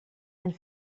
and